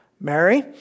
Mary